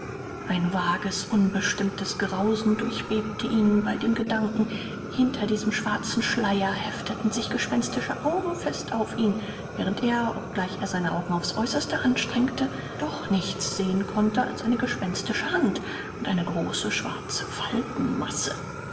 ein vages unbestimmtes grausen durchbebte ihn bei dem gedanken hinter diesem schwarzen schleier hefteten sich gespenstische augen fest auf ihn während er obgleich er seine augen aufs äußerste anstrengte doch nichts sehen konnte als eine gespenstische hand und eine große schwarze